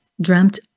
dreamt